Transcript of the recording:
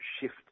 shift